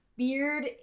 Beard